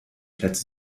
plätze